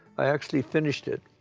i actually finished it.